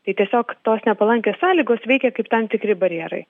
tai tiesiog tos nepalankios sąlygos veikia kaip tam tikri barjerai